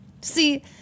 See